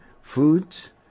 foods